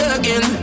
again